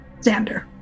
Xander